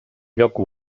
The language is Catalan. lloc